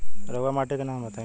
रहुआ माटी के नाम बताई?